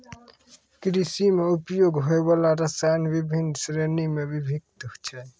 कृषि म उपयोग होय वाला रसायन बिभिन्न श्रेणी म विभक्त छै